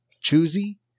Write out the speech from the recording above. choosy